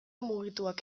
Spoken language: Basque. mugituak